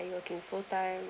are you working full time